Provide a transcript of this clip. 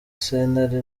sentare